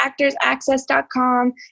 actorsaccess.com